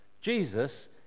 Jesus